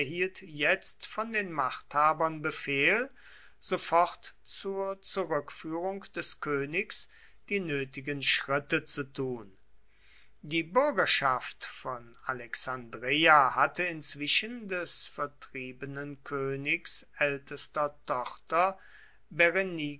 jetzt von den machthabern befehl sofort zur zurückführung des königs die nötigen schritte zu tun die bürgerschaft von alexandreia hatte inzwischen des vertriebenen königs ältester tochter